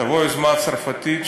תבוא יוזמה צרפתית,